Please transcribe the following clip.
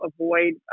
avoid